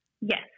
Yes